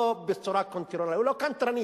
ולא בצורה קנטרנית.